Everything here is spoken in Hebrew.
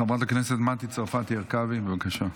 חברת הכנסת מטי צרפתי הרכבי, בבקשה.